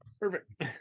Perfect